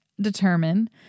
determine